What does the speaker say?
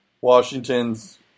Washington's